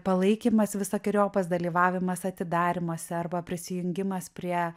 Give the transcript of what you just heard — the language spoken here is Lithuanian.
palaikymas visokeriopas dalyvavimas atidarymuose arba prisijungimas prie